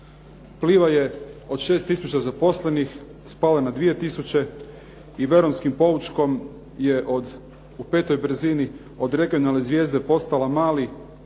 Pliva je od 6 tisuća zaposlenih spala na 2 tisuće i veronskim poučkom je u petoj brzini od regionalne zvijezde postala mali